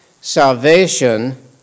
salvation